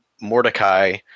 Mordecai